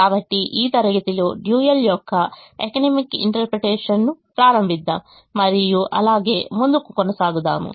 కాబట్టి ఈ తరగతిలో డ్యూయల్ యొక్క ఎకనమిక్ ఇంటర్ప్రిటేషన్ను ప్రారంభిద్దాం మరియు అలాగే ముందుకు కొనసాగుదాము